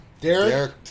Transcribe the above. Derek